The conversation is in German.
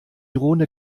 drohende